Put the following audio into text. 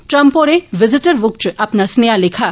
Trump होरें visitor books च अपना सनेहा लिखेआ